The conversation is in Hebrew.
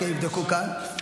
אוקיי, יבדקו כאן.